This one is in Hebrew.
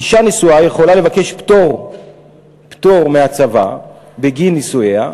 אישה נשואה יכולה לבקש פטור מהצבא בגין נישואיה,